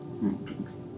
Thanks